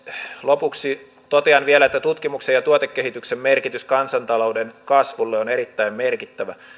lopuksi totean vielä että tutkimuksen ja tuotekehityksen merkitys kansantalouden kasvulle on erittäin merkittävä